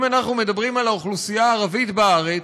שאם אנחנו מדברים על האוכלוסייה הערבית בארץ,